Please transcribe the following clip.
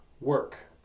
work